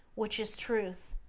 which is truth,